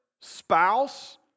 spouse